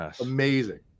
amazing